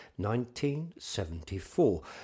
1974